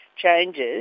Changes